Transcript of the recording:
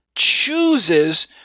Chooses